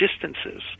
distances